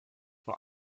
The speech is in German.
vor